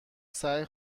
سعی